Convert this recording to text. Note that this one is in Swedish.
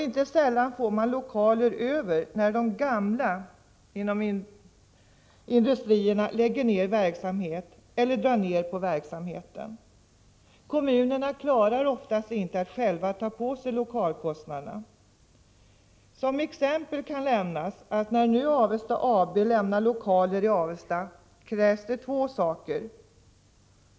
Inte sällan får man lokaler över när de ”gamla” industrierna lägger ner eller drar ner på verksamheten. Kommunerna klarar oftast inte själva att ta på sig lokalkostnaderna. Som exempel kan nämnas att det krävs två saker när Avesta AB nu lämnar lokaler i Avesta.